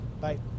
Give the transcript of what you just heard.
Bye